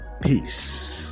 peace